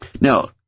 Now